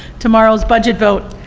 tomorrow's budget vote,